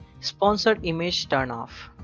sponsor, image, turn off,